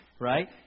right